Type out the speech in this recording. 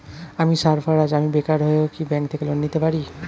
আমি সার্ফারাজ, আমি বেকার হয়েও কি ব্যঙ্ক থেকে লোন নিতে পারি?